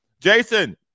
Jason